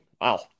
wow